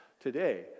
today